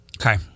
okay